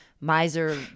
miser